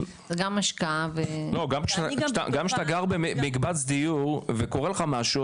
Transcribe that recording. גם השקעה ואני גם --- גם כשאתה גר במקבץ דיור וקורה לך משהו,